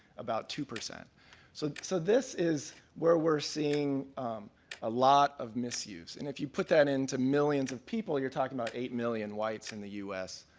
about two. so so this is where we're seeing a lot of misuse. and if you put that into millions of people, you're talking about eight million whites in the u s,